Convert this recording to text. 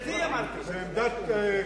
עמדת קדימה, עמדתי, אמרתי.